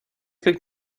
как